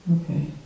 okay